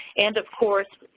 and of course,